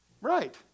Right